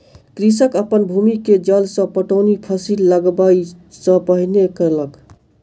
कृषक अपन भूमि के जल सॅ पटौनी फसिल लगबअ सॅ पहिने केलक